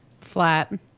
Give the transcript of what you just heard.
Flat